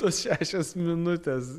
tos šešios minutes